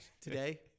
Today